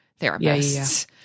therapists